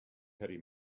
petty